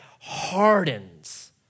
hardens